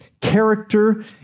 character